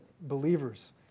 believers